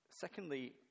Secondly